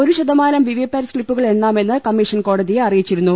ഒരു ശതമാനം വിവിപാറ്റ് സ്ലിപ്പുകൾ എണ്ണാമെന്ന് കമ്മീഷൻ കോടതിയെ അറി യിച്ചിരുന്നു